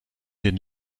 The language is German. den